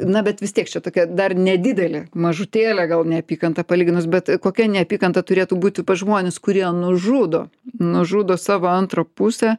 na bet vis tiek čia tokia dar nedidelė mažutėlė gal neapykanta palyginus bet kokia neapykanta turėtų būti pas žmones kurie nužudo nužudo savo antrą pusę